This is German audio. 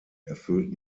erfüllt